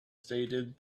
stated